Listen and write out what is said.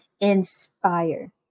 Inspire